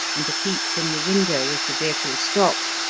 and a peep from the window, as the vehicle stopped,